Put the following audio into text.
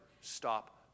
stop